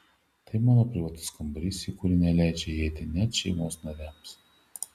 tai mano privatus kambarys į kurį neleidžiu įeiti net šeimos nariams